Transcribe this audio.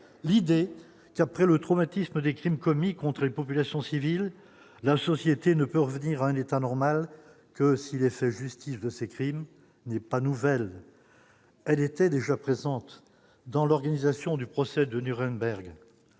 l'idée d'après le traumatisme des crimes commis contre les populations civiles, la société ne peut revenir à un état normal que si les faits justice de ces crimes n'est pas nouvelle, elle était déjà présente dans l'organisation du procès de Nuremberg,